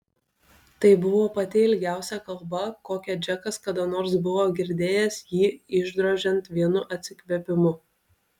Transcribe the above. tai buvo pati ilgiausia kalba kokią džekas kada nors buvo girdėjęs jį išdrožiant vienu atsikvėpimu